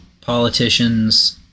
politicians